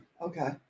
okay